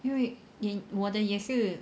因为我的也是